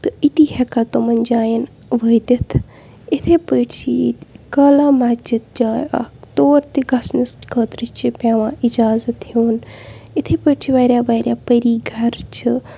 تہٕ أتی ہٮ۪کان تِمَن جایَن وٲتِتھ اِتھَے پٲٹھۍ چھِ ییٚتہِ کالا مَسجِد جاے اَکھ طور تہِ گَژھنَس خٲطرٕ چھِ پٮ۪وان اِجازَت ہیوٚن اِتھَے پٲٹھۍ چھِ واریاہ واریاہ پٔری گَرٕ چھِ